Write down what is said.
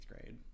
grade